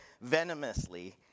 venomously